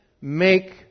make